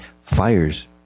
fires